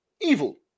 Evil